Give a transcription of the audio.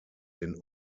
den